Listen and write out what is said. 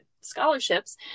scholarships